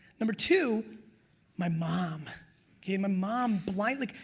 number two my mom became a mom blindly.